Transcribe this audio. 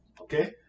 Okay